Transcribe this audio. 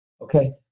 okay